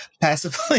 passively